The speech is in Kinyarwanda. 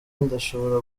ndashobora